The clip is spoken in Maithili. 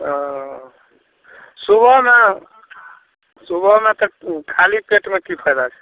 सुबहमे सुबहमे तऽ खाली पेटमे की फायदा छै